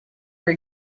were